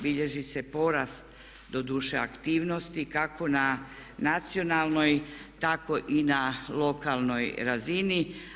Bilježi se porast doduše aktivnosti kako na nacionalnoj tako i na lokalnoj razini.